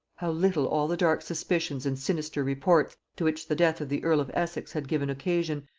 how little all the dark suspicions and sinister reports to which the death of the earl of essex had given occasion,